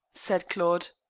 said claude.